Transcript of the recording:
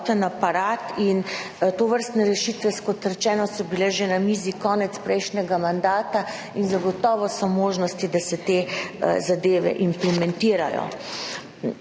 in tovrstne rešitve, kot rečeno, so bile na mizi že konec prejšnjega mandata in zagotovo je možno, da se te zadeve implementirajo.